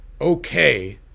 okay